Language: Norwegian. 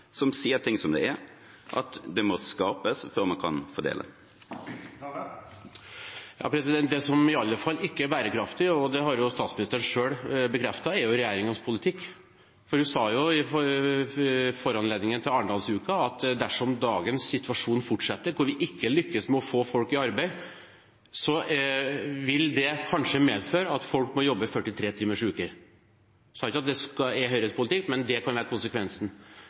som sier det som det er: at det må skapes før man kan fordele. Det som iallfall ikke er bærekraftig – og det har statsministeren selv bekreftet – er regjeringens politikk. Hun sa jo i foranledningen til Arendalsuka at dersom dagens situasjon fortsetter, hvor vi ikke lykkes med å få folk i arbeid, vil det kanskje medføre at folk må jobbe 43-timersuker. Hun sa ikke at det er Høyres politikk, men at det kan være konsekvensen.